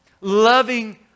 loving